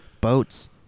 boats